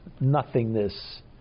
nothingness